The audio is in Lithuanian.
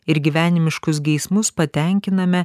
ir gyvenimiškus geismus patenkiname